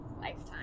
lifetime